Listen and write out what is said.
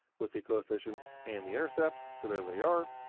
with the coefficients and the intercepts, so there they are.